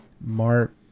Mark